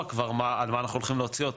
כבר על מה אנחנו הולכים להוציא אותו,